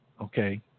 okay